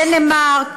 דנמרק.